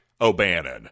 O'Bannon